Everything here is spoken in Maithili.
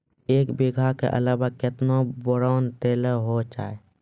एक बीघा के अलावा केतना बोरान देलो हो जाए?